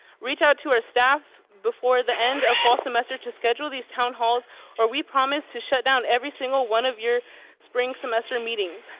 reach out to our staff before the end of fall semester to schedule these town halls or we promise to shut down every single one of your spring semester meetings.